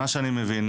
בעצם,